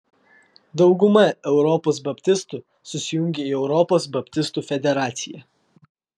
dauguma europos baptistų susijungę į europos baptistų federaciją